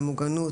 במוגנות,